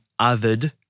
othered